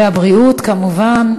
והבריאות, כמובן.